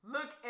Look